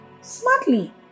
smartly